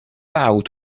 out